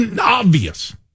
obvious